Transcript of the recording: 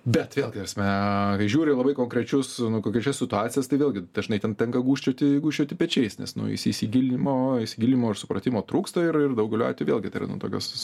bet vėlgi ta prasme kai žiūri labai konkrečius konkrečias situacijas tai vėlgi dažnai ten tenka gūžčioti gūžčioti pečiais nes nu įsigilinimo įsigilinimo ir supratimo trūksta ir ir daugeliu atvejų vėlgi tai yra nu tokios